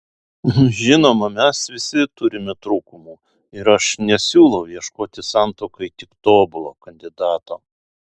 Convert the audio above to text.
žinoma mes visi turime trūkumų ir aš nesiūlau ieškoti santuokai tik tobulo kandidato